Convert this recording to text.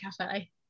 Cafe